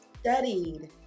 studied